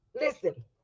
Listen